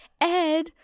Ed